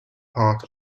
part